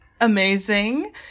amazing